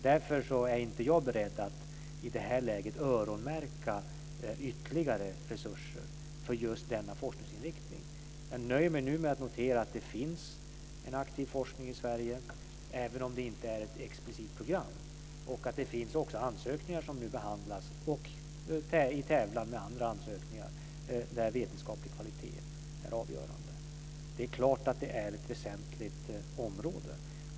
Därför är jag inte beredd att i det här läget öronmärka ytterligare resurser för just denna forskningsinriktning. Jag nöjer mig nu med att notera att det finns en aktiv forskning i Sverige, även om det inte är ett explicit program, och att det också finns ansökningar som nu behandlas i tävlan med andra ansökningar där vetenskaplig kvalitet är avgörande. Det är klart att detta är ett väsentligt område.